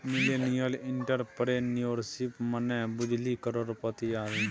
millennial entrepreneurship मने बुझली करोड़पति आदमी